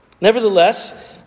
Nevertheless